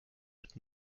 mit